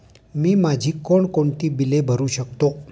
मी माझी कोणकोणती बिले भरू शकतो?